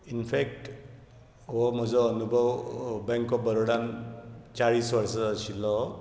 in fact हो म्हजो अनुभव बँक ऑफ बरोडान चाळीस वर्सां आशिल्लो